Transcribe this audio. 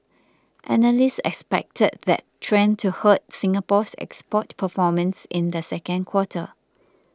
analysts expected that trend to hurt Singapore's export performance in the second quarter